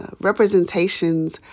representations